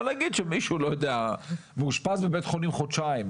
אבל נגיד שמישהו מאושפז בבית חולים חודשיים,